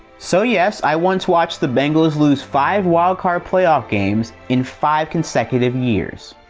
so, yes, i once watched the bengals lose five wildcard playoff games in five consecutive years.